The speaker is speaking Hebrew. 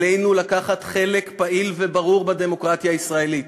עלינו לקחת חלק פעיל וברור בדמוקרטיה הישראלית.